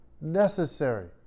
necessary